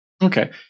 Okay